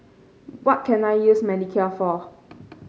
what can I use Manicare for